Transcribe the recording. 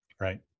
right